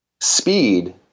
Speed